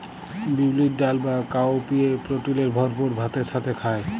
বিউলির ডাল বা কাউপিএ প্রটিলের ভরপুর ভাতের সাথে খায়